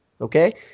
okay